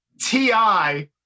TI